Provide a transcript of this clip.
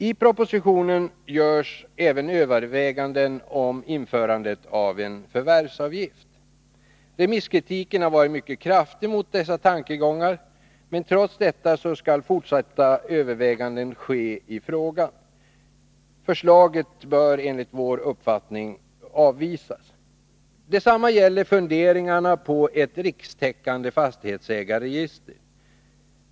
I propositionen görs även överväganden om införandet av en förvärvsavgift. Remisskritiken har varit mycket kraftig mot dessa tankegångar, men trots detta skall fortsatta överväganden ske i frågan. Förslaget bör enligt vår uppfattning avvisas. Detsamma gäller funderingarna på ett rikstäckande fastighetsägarregister.